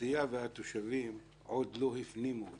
האוכלוסייה והתושבים עוד לא הפנימו אותה.